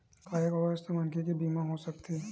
का एक अस्वस्थ मनखे के बीमा हो सकथे?